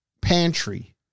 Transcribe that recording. pantry